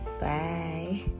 bye